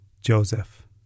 Joseph